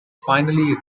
finally